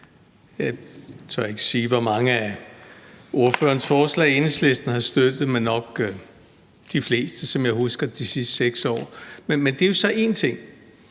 Jeg tør ikke sige, hvor mange af ordførerens forslag Enhedslisten har støttet, men det er nok – som jeg husker det – de fleste de sidste 6 år. Men det er jo så en ting.